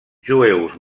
jueus